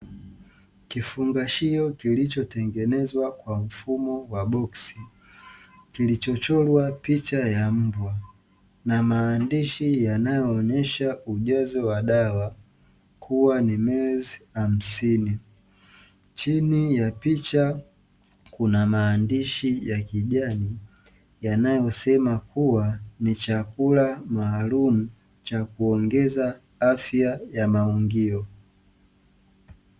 Kifungashio kilichotengenezwa kwa mfumo wa boksi kilichochorwa picha ya mbwa na maandishi yanayoonyesha ujazo wa dawa kuwa ni mili hamsini, chini ya picha kuna maandishi ya kijani yanayosema kuwa "ni chakula maalumu cha kuongeza afya ya maungio".